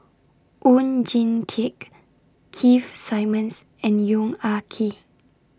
Oon Jin Teik Keith Simmons and Yong Ah Kee